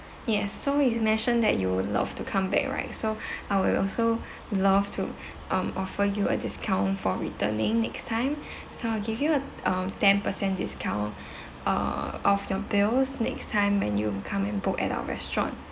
yes so you mentioned that you would love to come back right so I will also love to um offer you a discount for returning next time so I'll give you a um ten percent discount uh off your bills next time when you come in book at our restaurant